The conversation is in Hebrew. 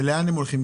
ולאן הם הולכים?